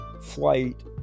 flight